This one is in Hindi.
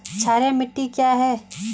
क्षारीय मिट्टी क्या है?